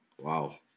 Wow